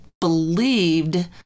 believed